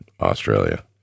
Australia